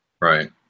Right